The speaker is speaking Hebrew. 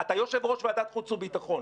אתה יושב-ראש ועדת החוץ והביטחון.